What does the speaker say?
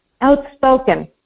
outspoken